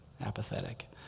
apathetic